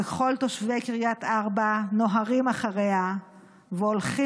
וכל תושבי קריית ארבע נוהרים אחריה והולכים,